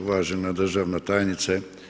Uvažena državna tajnice.